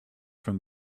from